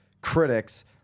critics